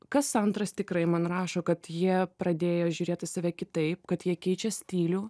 kas antras tikrai man rašo kad jie pradėjo žiūrėt į save kitaip kad jie keičia stilių